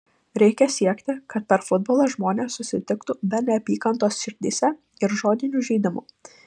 reikia siekti kad per futbolą žmonės susitiktų be neapykantos širdyse ir žodinių žeidimų